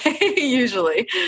usually